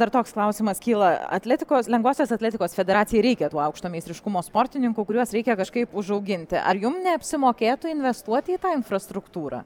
dar toks klausimas kyla atletikos lengvosios atletikos federacijai reikia tų aukšto meistriškumo sportininkų kuriuos reikia kažkaip užauginti ar jum neapsimokėtų investuoti į tą infrastruktūrą